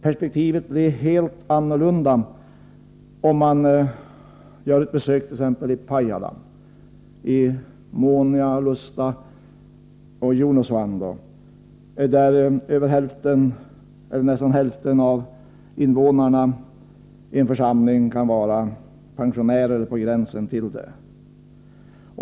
Perspektivet blir helt annorlunda om man gör besök t.ex. i Pajala, i Muonionalusta och Junosuando, där nästan hälften av invånarna i en församling kan vara pensionärer eller på gränsen till det.